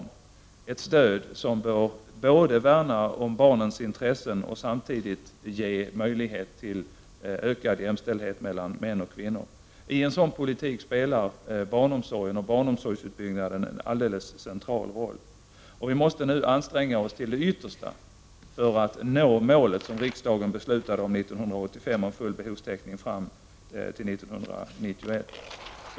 Det är ett stöd som bör både värna om barnens intressen och samtidigt ge möjlighet till ökad jämställdhet mellan män och kvinnor. I en sådan politik spelar barnomsorgen och utbyggnaden av barnomsorgen en alldeles central roll. Vi måste nu anstränga oss till det yttersta för att nå målet som riksdagen beslutade om 1985 om full behovstäckning fram till 1991.